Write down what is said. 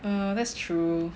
err that's true